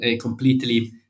completely